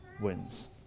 wins